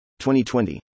2020